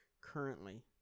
currently